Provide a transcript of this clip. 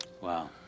Wow